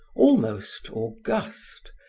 almost august,